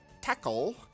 tackle